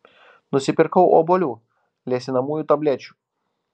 nusipirkau obuolių liesinamųjų tablečių